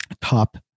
top